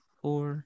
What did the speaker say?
four